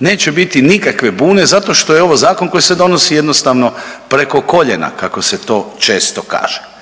Neće biti nikakve bune zato što je ovo zakon koji se donosi jednostavno preko koljena kako se to često kaže.